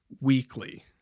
weekly